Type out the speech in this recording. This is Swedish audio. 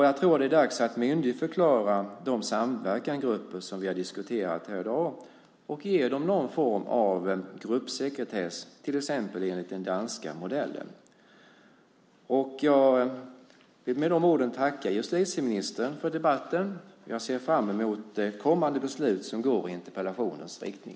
Jag tror att det är dags att myndigförklara de samverkansgrupper som vi har diskuterat här i dag och ge dem någon form av gruppsekretess, till exempel enligt den danska modellen. Jag vill med de orden tacka justitieministern för debatten. Jag ser fram emot kommande beslut som går i interpellationens riktning.